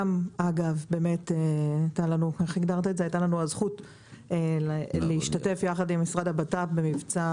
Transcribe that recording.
גם הייתה לנו הזכות להשתתף ביחד עם המשרד לביטחון פנים במבצע